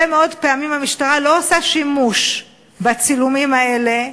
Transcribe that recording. מאוד פעמים המשטרה לא עושה שימוש בצילומים האלה,